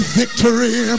victory